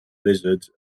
lizards